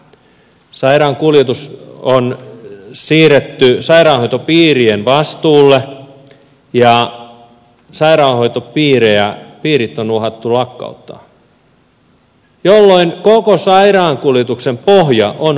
sairaankuljetus on siirretty sairaanhoitopiirien vastuulle ja sairaanhoitopiirit on uhattu lakkauttaa jolloin koko sairaankuljetuksen pohja on poistumassa